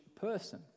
person